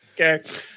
Okay